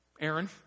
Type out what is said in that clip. Aaron